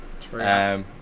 True